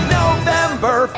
november